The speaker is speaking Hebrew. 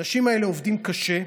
האנשים האלה עובדים קשה,